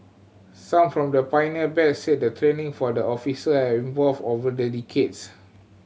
some from the pioneer batch said the training for officer has evolved over the decades